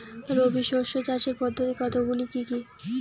রবি শস্য চাষের পদ্ধতি কতগুলি কি কি?